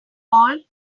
all